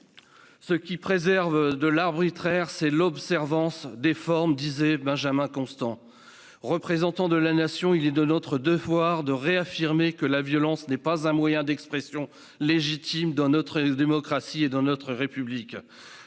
« Ce qui préserve de l'arbitraire, c'est l'observance des formes », disait Benjamin Constant. En tant que représentants de la Nation, il est de notre devoir de réaffirmer que la violence n'est pas un moyen d'expression légitime dans notre démocratie et dans notre République.